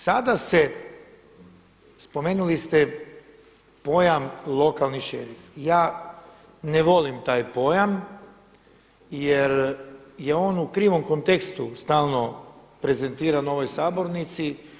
Sada se spomenuli ste pojam lokalni šerif, ja ne volim taj pojam jer je on u krivom kontekstu stalno prezentiran u ovoj sabornici.